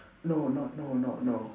no not no not no